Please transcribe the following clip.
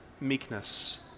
meekness